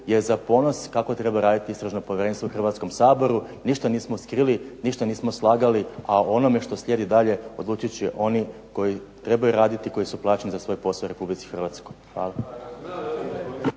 je za ponos kako treba raditi istražno povjerenstvo u Hrvatskom saboru. ništa nismo skrili, ništa nismo slagali, a o onome što slijedi dalje odlučit će oni koji trebaju raditi i koji su plaćeni za svoj posao u RH. Hvala.